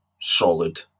solid